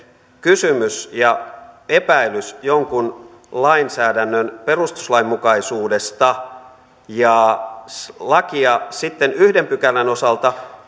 kysymys ja epäilys jonkun lainsäädännön perustuslainmukaisuudesta ja lakia sitten yhden pykälän osalta